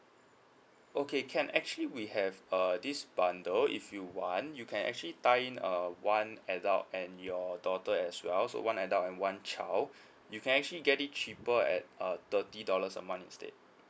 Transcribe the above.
okay can actually we have uh this bundle if you want you can actually tie in a one adult and your daughter as well so one adult and one child you can actually get it cheaper at uh thirty dollars a month instead